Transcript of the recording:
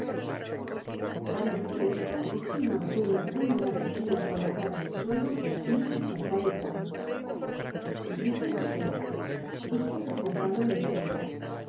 al decir esto cogí una botella de una l a r g a fila colocada en el suelo y hice saltar el tapón beba vd i dije presentándole el vino